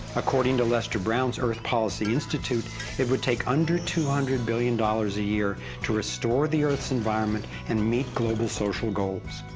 according to lester brown's earth policy institute it would take under two hundred billion dollars a year to restore the earth's environment and meet global social goals.